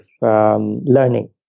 learning